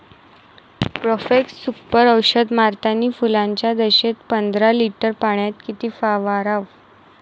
Profex Super औषध मारतानी फुलाच्या दशेत पंदरा लिटर पाण्यात किती फवाराव?